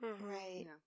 right